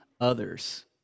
others